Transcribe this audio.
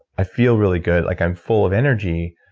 i feel really good, like i'm full of energy,